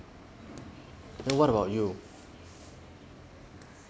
what about you